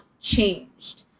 changed